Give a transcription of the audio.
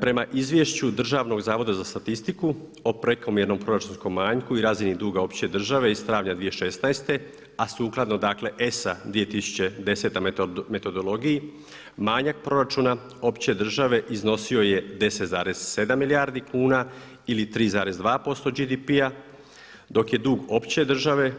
Prema izvješću Državnog zavoda za statistiku o prekomjernom proračunskom manjku i razini duga opće države iz travnja 2016. a sukladno dakle ESA 2010. metodologiji manjak proračuna opće države iznosio je 10,7 milijardi kuna ili 3,2% BDP-a dok je dug opće države